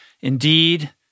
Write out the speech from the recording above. Indeed